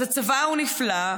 אז הצבא הוא נפלא,